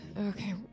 Okay